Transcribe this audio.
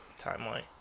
timeline